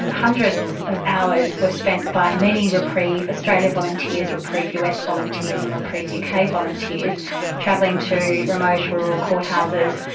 hundreds of hours were spent by many reprieve australia volunteers, reprieve us volunteers and reprieve uk yeah kind of volunteers travelling to remote rural courthouses,